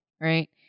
right